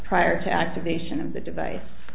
prior to activation of the device